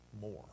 more